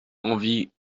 envie